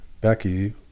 Becky